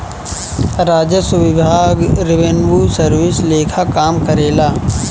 राजस्व विभाग revenue service लेखा काम करेला